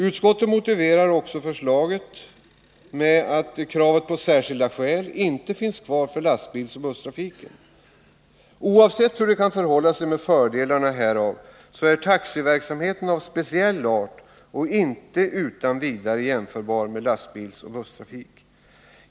Utskottet motiverar också förslaget med att kravet på ”särskilda skäl” inte finns kvar för lastbilsoch busstrafiken. Oavsett hur det kan förhålla sig med fördelarna härav, så är taxiverksamheten av speciell art och inte utan vidare jämförbar med lastbilsoch busstrafik.